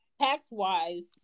tax-wise